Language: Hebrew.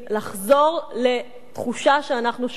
לחזור לתחושה שאנחנו שולטים,